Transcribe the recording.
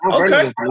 Okay